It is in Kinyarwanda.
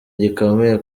gikomeye